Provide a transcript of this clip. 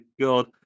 God